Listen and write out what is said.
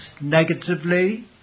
negatively